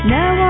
Now